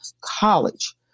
college